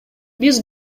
биз